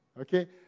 Okay